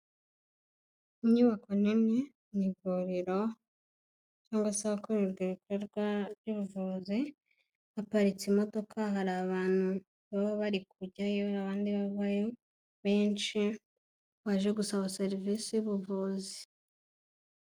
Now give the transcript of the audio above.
Inyubako nini ni ivuriro cyangwa se ahakorerwa ibikorwa by'ubuvuzi, haparitse imodoka, hari abantu baba bari kujyayo abandi bavayo benshi baje gusaba serivisi y'ubuvuzi.